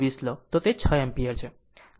આમ જો 12020 લો તો તે 6 એમ્પીયર છે